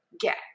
get